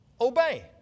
obey